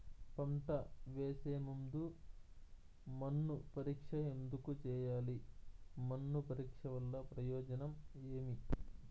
పంట వేసే ముందు మన్ను పరీక్ష ఎందుకు చేయాలి? మన్ను పరీక్ష వల్ల ప్రయోజనం ఏమి?